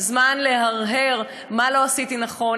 זמן להרהר מה לא עשיתי נכון,